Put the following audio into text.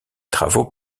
travaux